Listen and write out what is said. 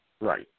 Right